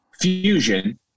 fusion